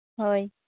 ᱦᱳᱭ